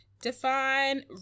Define